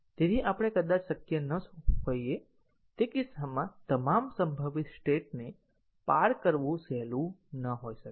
આપણે કદાચ શક્ય ન હોઈએ તે કિસ્સામાં તમામ સંભવિત સ્ટેટને પાર કરવું સહેલું ન હોઈ શકે